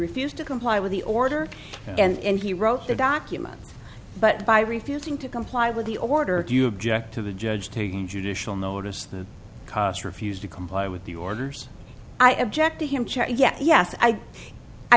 refused to comply with the order and he wrote the documents but by refusing to comply with the order do you object to the judge taking judicial notice that costs refused to comply with the orders i object to him chair yes yes i i